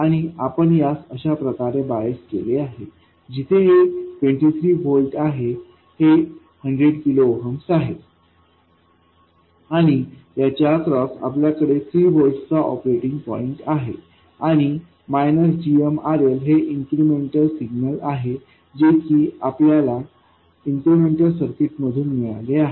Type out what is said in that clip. आणि आपण यास अशाप्रकारे बायस केले आहे जिथे हे 23 व्होल्ट आहे हे 100 किलो ओहम आहे आणि याच्या अक्रॉस आपल्याकडे 3 व्होल्ट्सचा ऑपरेटिंग पॉईंट आहे आणि gmRL हे इन्क्रिमेंटल सिग्नल आहे जे की आपल्याला इन्क्रिमेंटल सर्किट मधून मिळाले आहे